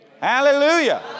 Hallelujah